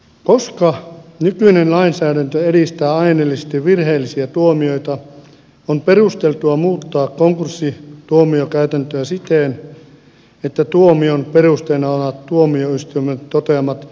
koska nykyinen lainsäädäntö edistää aineellisesti virheellisiä tuomioita on perusteltua muuttaa konkurssituomiokäytäntöä siten että tuomion perusteena ovat tuomioistuimen toteamat oikeamääräiset konkurssisaatavat